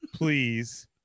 Please